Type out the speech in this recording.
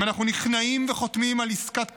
אם אנחנו נכנעים וחותמים על עסקת כניעה,